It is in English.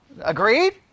Agreed